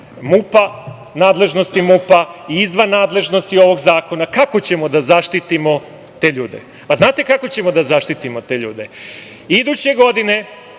MUP-a, nadležnosti MUP-a i izvan nadležnosti ovog zakona, kako ćemo da zaštitimo te ljude. Znate kako ćemo da ih zaštitimo? Iduće godine,